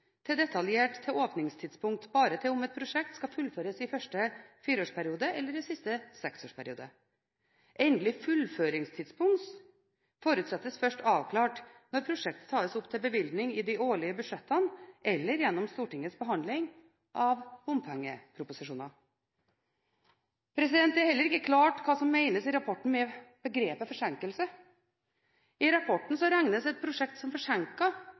til detaljert åpningtidspunkt, bare til om et prosjekt skal fullføres i første fireårsperiode eller i siste seksårsperiode. Endelig fullføringstidspunkt forutsettes først avklart når prosjektet tas opp til bevilgning i de årlige budsjettene eller gjennom Stortingets behandling av bompengeproposisjoner. Det er heller ikke klart hva som menes med begrepet forsinkelse i rapporten. I rapporten regnes et prosjekt som